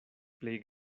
plej